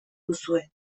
duzue